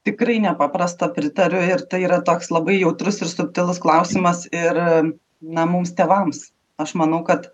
tikrai nepaprasta pritariu ir tai yra toks labai jautrus ir subtilus klausimas ir na mums tėvams aš manau kad